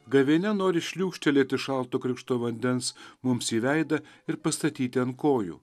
gavėnia nori šliūkštelėti šalto krikšto vandens mums į veidą ir pastatyti ant kojų